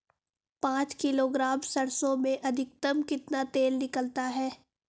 पाँच किलोग्राम सरसों में अधिकतम कितना तेल निकलता है?